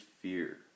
fear